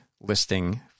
listing